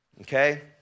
okay